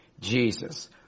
Jesus